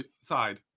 side